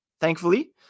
thankfully